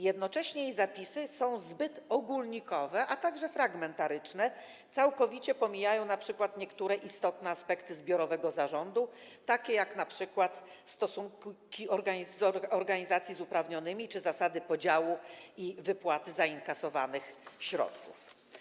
Jednocześnie jej zapisy są zbyt ogólnikowe, a także fragmentaryczne, całkowicie pomijają np. niektóre istotne aspekty zbiorowego zarządu, takie jak np. stosunki organizacji z uprawnionymi czy zasady podziału i wypłaty zainkasowanych środków.